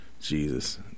Jesus